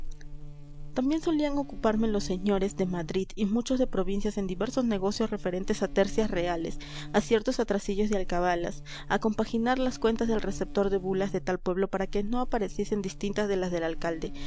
también solían ocuparme los señores de madrid y muchos de provincias en diversos negocios referentes a tercias reales a ciertos atrasillos de alcabalas a compaginar las cuentas del receptor de bulas de tal pueblo para que no apareciesen distintas de las del alcalde